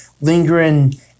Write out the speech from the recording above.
lingering